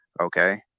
Okay